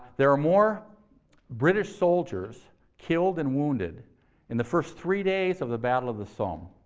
there are more british soldiers killed and wounded in the first three days of the battle of the somme,